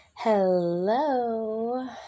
Hello